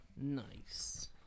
Nice